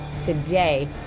Today